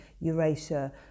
Eurasia